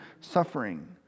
suffering